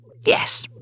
yes